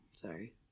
Sorry